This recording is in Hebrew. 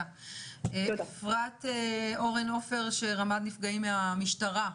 אפרת אורן עופר, רמ"ד נפגעים מהמשטרה,